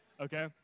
Okay